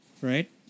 right